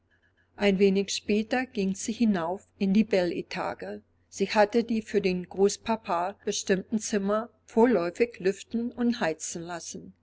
ein wenig später ging sie hinauf in die bel etage sie hatte die für den großpapa bestimmten zimmer vorläufig lüften und heizen lassen